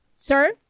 Sir